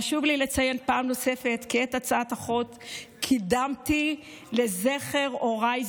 חשוב לי לציין פעם נוספת כי את הצעת החוק קידמתי לזכר הוריי,